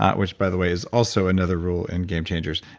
um which by the way is also another rule in game changers.